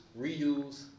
reuse